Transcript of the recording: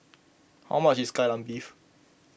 how much is Kai Lan Beef